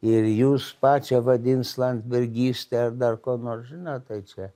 ir jus pačią vadins landsbergyste ar dar kuo nors žinot tai čia